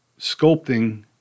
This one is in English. sculpting